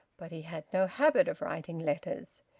but he had no habit of writing letters.